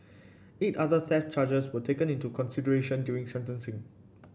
eight other theft charges were taken into consideration during sentencing